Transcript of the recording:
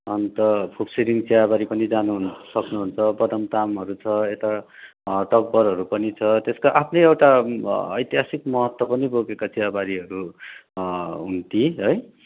अन्त फुक्सुरिङ चियाबारी पनि जानुहुन सक्नुहुन्छ बदमतामहरु छ यता टकबरहरू पनि छ त्यसको आफ्नै एउटा ऐतिहासिक महत्त्व पनि बोकेको चियाबारीहरु हुन् ती है